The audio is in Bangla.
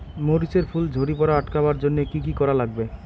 মরিচ এর ফুল ঝড়ি পড়া আটকাবার জইন্যে কি কি করা লাগবে?